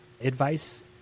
advice